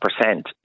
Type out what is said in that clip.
percent